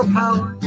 power